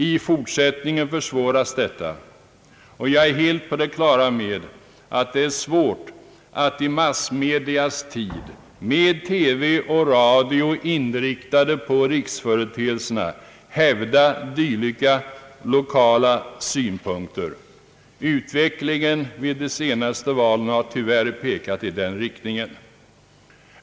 I fortsättningen försvåras detta. Jag är helt på det klara med att det är svårt att i massmedias tid, med TV och radio inriktade på riksföreteelserna, hävda dylika lokala synpunkter. Utvecklingen vid de senaste valen har tyvärr pekat i den riktningen.